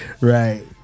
Right